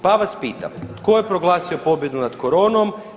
Pa vas pitam, tko je proglasio pobjedu nad koronom?